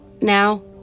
Now